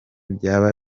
byaba